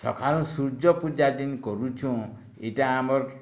ସକାଳୁ ସୂର୍ଯ୍ୟ ପୂଜା ଯେନ୍ କରଛୁଁ ଏଇଟା ଆମର୍